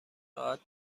راحت